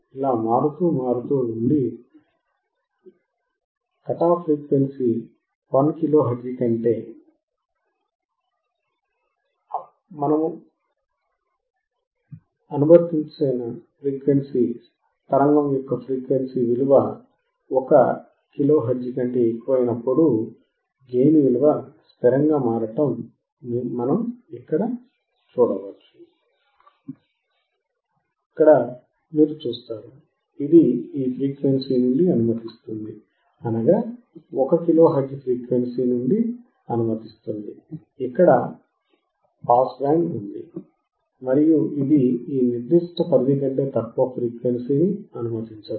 ఇక్కడ మీరు చూస్తారు ఇది ఈ ఫ్రీక్వెన్సీ నుండి అనుమతిస్తుంది పాస్ బ్యాండ్ ఇక్కడ ఉంది మరియు ఇది ఈ నిర్దిష్ట పరిధి కంటే తక్కువ ఫ్రీక్వెన్సీని అనుమతించదు